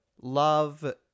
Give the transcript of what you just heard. Love